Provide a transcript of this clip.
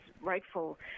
rightful